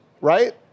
right